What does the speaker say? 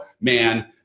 man